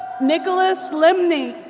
nicolas lemley.